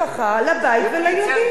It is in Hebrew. אם הוא קצת גבר מוחלש, מה ההבדל?